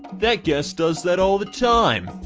that guest does that all the time.